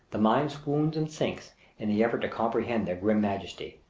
the mind swoons and sinks in the effort to comprehend their grim majesty.